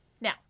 Now